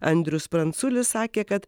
andrius pranculis sakė kad